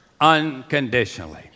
unconditionally